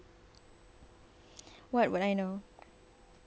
what would I know